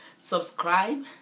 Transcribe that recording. subscribe